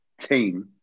team